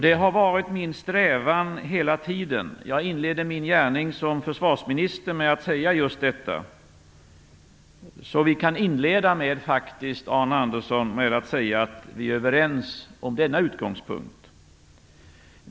Det har varit min strävan hela tiden. Jag inledde min gärning som försvarsminister med att säga just detta. Så vi kan faktiskt, Arne Andersson, inleda debatten med att säga att vi är överens om denna utgångspunkt.